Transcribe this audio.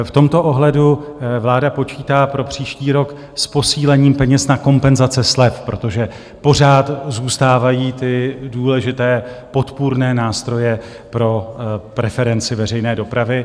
V tomto ohledu vláda počítá pro příští rok s posílením peněz na kompenzace slev, protože pořád zůstávají důležité podpůrné nástroje pro preferenci veřejné dopravy.